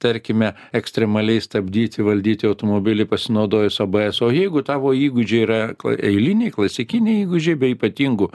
tarkime ekstremaliai stabdyti valdyti automobilį pasinaudojus o b esu o jeigu tavo įgūdžiai yra kla eiliniai klasikiniai įgūdžiai be ypatingų